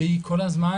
והיא כל הזמן,